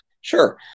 Sure